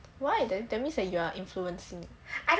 why that that means that you are influencing